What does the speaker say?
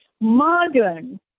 modern